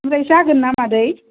ओमफ्राय जागोन ना मादै